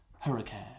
Hurricane